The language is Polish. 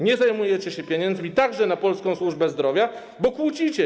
Nie zajmujecie się pieniędzmi, także na polską służbę zdrowia, bo się kłócicie.